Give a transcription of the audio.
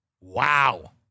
Wow